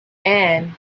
and